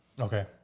Okay